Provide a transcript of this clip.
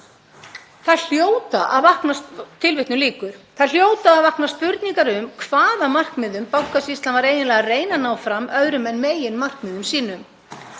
hæsta verð.“ Það hljóta að vakna spurningar um hvaða markmiðum Bankasýslan var eiginlega að reyna að ná fram öðrum en meginmarkmiðum sínum.